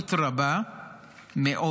במורכבות רבה מאוד,